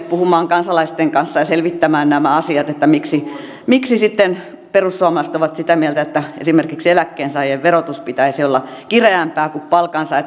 puhumaan kansalaisten kanssa ja selvittämään nämä asiat että miksi miksi sitten perussuomalaiset ovat sitä mieltä että esimerkiksi eläkkeensaajien verotuksen pitäisi olla kireämpää kuin palkansaajilla